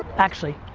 actually.